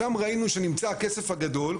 שם ראינו שנמצא הכסף הגדול,